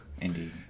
Indeed